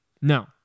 No